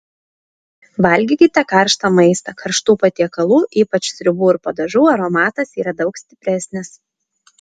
valgykite karštą maistą karštų patiekalų ypač sriubų ir padažų aromatas yra daug stipresnis